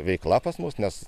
veikla pas mus nes